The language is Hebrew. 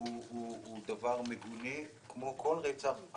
נחנו לא דנים גם בתיקונים נוספים שבם דובר לגבי סיוע ושידול להתאבדות.